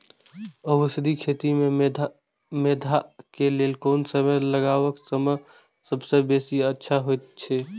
औषधि खेती मेंथा के लेल कोन समय में लगवाक सबसँ बेसी अच्छा होयत अछि?